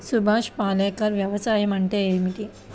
సుభాష్ పాలేకర్ వ్యవసాయం అంటే ఏమిటీ?